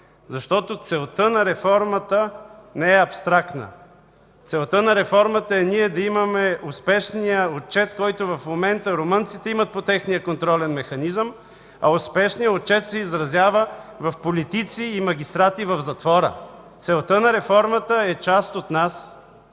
защото целта на реформата не е абстрактна. Целта на реформата е ние да имаме успешния отчет, който в момента румънците имат по техния контролен механизъм, а успешният отчет се изразява в „Политици и магистрати в затвора!”. Целта на реформата е част от нас